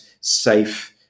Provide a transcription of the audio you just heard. safe